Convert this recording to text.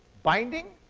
binding,